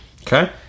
Okay